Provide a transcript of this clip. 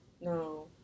No